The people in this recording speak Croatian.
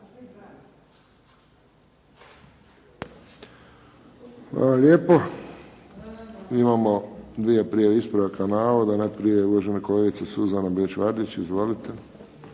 Hvala lijepo. Imamo dvije prijave ispravka navoda. Najprije uvažena kolegica Suzana Bilić Vardić. Izvolite.